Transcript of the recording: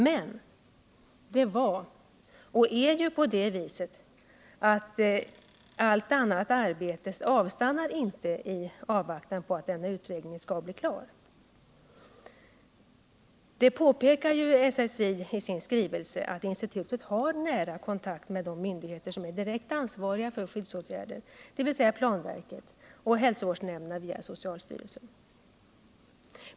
Men det var och är på det sättet att allt annat arbete avstannar inte iavvaktan på att denna utredning skall bli klar. SSI påpekar i sin skrivelse att institutet har nära kontakt med de myndigheter som är direkt ansvariga för skyddsåtgärder, dvs. planverket och hälsovårdsnämnderna via socialstyrelsen.